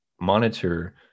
monitor